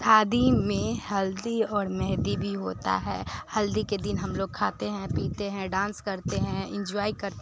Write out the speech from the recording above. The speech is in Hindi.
शादी में हल्दी और मेहंदी भी होता है हल्दी के दिन हम लोग खाते हैं पीते हैं डांस करते हैं इंजॉय करते हैं